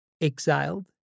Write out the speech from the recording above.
Exiled